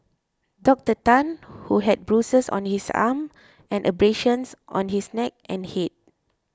Doctor Tan who had bruises on his arm and abrasions on his neck and head